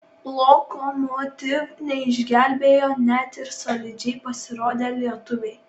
lokomotiv neišgelbėjo net ir solidžiai pasirodę lietuviai